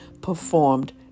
performed